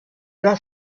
leurs